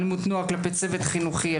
אלימות נוער כלפי צוות חינוכי,